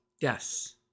Yes